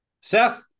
Seth